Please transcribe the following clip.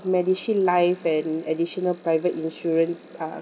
medishield life and additional private insurance uh